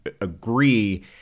agree